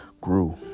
grew